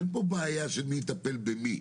אין פה בעיה של מי יטפל במי,